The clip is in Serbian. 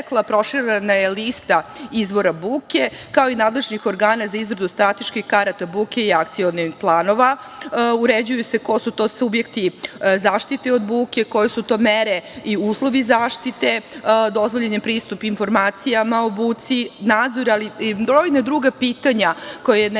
proširena je lista izvora buke, kao i nadležnih organa za izradu strateških karata buke i akcionih planova. Uređuju se ko su to subjekti zaštite od buke, koje su to mere i uslovi zaštite, dozvoljen je pristup informacijama o buci, nadzor, ali i brojna druga pitanja koja na jedan